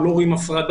לא רואים הפרדה,